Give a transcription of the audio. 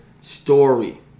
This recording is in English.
story